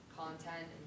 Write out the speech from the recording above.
content